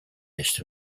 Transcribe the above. list